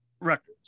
records